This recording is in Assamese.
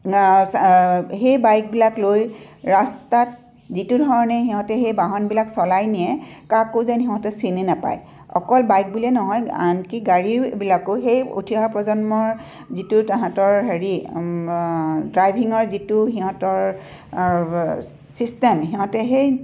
সেই বাইকবিলাক লৈ ৰাস্তাত যিটো ধৰণে সিহঁতে সেই বাহনবিলাক চলাই নিয়ে কাকো যেন সিহঁতে চিনি নাপায় অকল বাইক বুলিয়ে নহয় আনকি গাড়ীবিলাকো সেই উঠি অহা প্ৰজন্মৰ যিটো তাহাঁতৰ হেৰি ড্ৰাইভিঙৰ যিটো সিহঁতৰ চিষ্টেম সিহঁতে সেই